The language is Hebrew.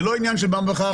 זה לא עניין של מה בכך,